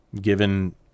given